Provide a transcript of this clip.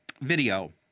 video